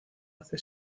hace